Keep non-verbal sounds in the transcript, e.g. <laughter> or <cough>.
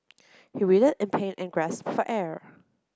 he <unintelligible> in pain and grasped for air